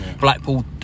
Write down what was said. Blackpool